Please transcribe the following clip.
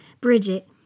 Bridget